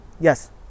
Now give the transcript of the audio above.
Yes